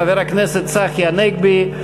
חבר הכנסת צחי הנגבי,